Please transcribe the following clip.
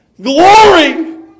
glory